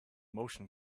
motion